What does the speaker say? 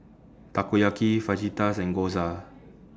Takoyaki Fajitas and Gyoza